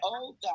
old